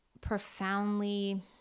profoundly